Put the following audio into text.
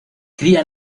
cría